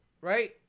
Right